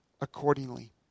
accordingly